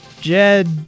Jed